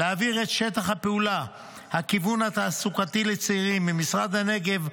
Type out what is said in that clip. להעביר את שטח הפעולה "הכוון תעסוקתי לצעירים" ממשרד הנגב,